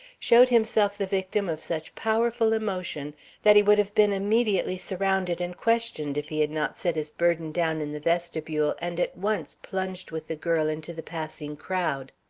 showed himself the victim of such powerful emotion that he would have been immediately surrounded and questioned if he had not set his burden down in the vestibule and at once plunged with the girl into the passing crowd.